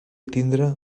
tindre